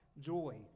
joy